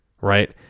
right